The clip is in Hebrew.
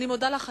אני מודה לך.